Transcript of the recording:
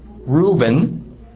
Reuben